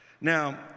Now